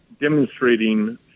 demonstrating